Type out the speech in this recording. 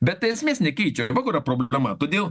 bet tai esmės nekeičia va kur yra problema todėl